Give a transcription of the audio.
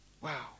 Wow